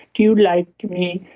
do you like me?